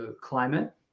climate